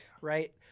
right